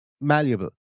malleable